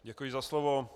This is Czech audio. Děkuji za slovo.